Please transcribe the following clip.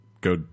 Go